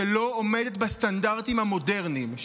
שלא עומדת בסטנדרטים המודרניים,